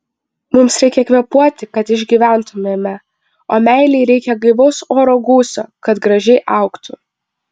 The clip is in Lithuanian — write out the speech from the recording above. mums reikia kvėpuoti kad išgyventumėme o meilei reikia gaivaus oro gūsio kad gražiai augtų